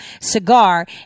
cigar